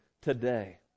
today